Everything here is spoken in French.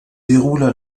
déroulent